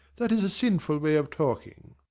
that is a sinful way of talking.